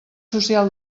social